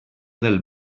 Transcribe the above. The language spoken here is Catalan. del